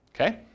Okay